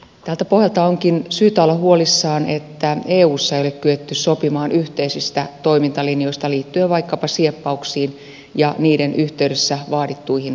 tältä pohjalta onkin syytä olla huolissaan että eussa ei ole kyetty sopimaan yhteisistä toimintalinjoista liittyen vaikkapa sieppauksiin ja niiden yhteydessä vaadittuihin lunnaisiin